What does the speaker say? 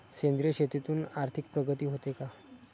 सेंद्रिय शेतीतून आर्थिक प्रगती होते का?